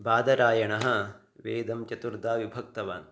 बादरायणः वेदं चतुर्धा विभक्तवान्